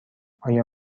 آیا